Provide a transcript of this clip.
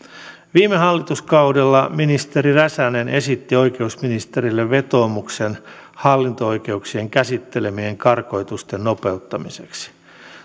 viime hallituskaudella ministeri räsänen esitti oikeusministerille vetoomuksen hallinto oikeuksien käsittelemien karkotusten nopeuttamiseksi